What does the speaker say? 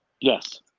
Yes